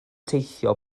teithio